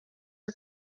are